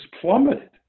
plummeted